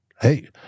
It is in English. hey